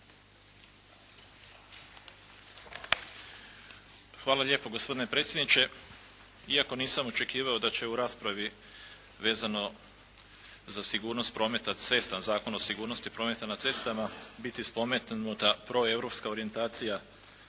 Hvala lijepa gospodine predsjedniče. Iako nisam očekivao da će u raspravi vezano za Zakon o sigurnost prometa na cestama biti spomenuta proeuropska orijentacija